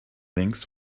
links